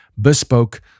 bespoke